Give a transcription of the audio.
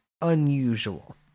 unusual